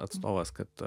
atstovas kad